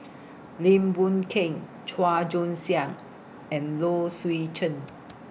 Lim Boon Keng Chua Joon Siang and Low Swee Chen